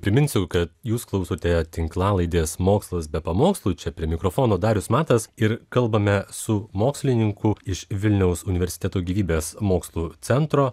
priminsiu kad jūs klausote tinklalaidės mokslas be pamokslų čia prie mikrofono darius matas ir kalbame su mokslininku iš vilniaus universiteto gyvybės mokslų centro